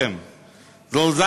תרגום.